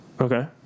Okay